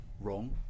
wrong